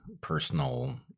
personal